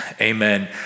Amen